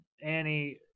Annie